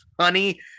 honey